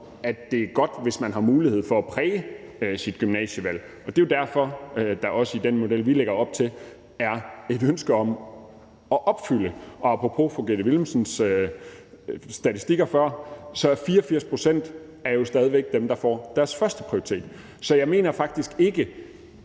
at det er godt, hvis man har mulighed for at præge sit gymnasievalg. Det er jo derfor, at der også i den model, vi lægger op til, er et ønske om at opfylde det. Og apropos fru Gitte Willumsens statistikker før, så vil 84 pct. jo stadig væk være dem, der får deres førsteprioritet. Så jeg mener faktisk ikke,